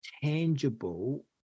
tangible